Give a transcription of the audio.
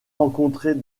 rencontrer